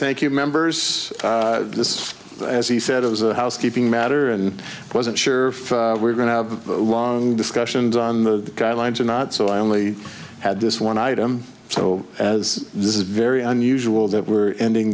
thank you members this is as he said it was a housekeeping matter and i wasn't sure if we're going to have long discussions on the guidelines or not so i only had this one item so as this is very unusual that we're ending